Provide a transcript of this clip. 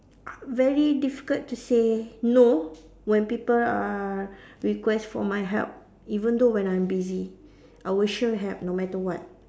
very difficult to say no when people uh request for my help even though when I'm busy I will sure help no matter what